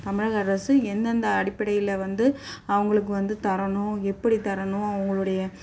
தமிழக அரசு எந்தெந்த அடிப்படையில் வந்து அவங்களுக்கு வந்து தரணும் எப்படி தரணும் அவங்களுடைய